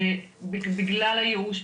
בגלל הייאוש,